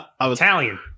Italian